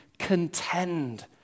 contend